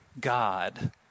God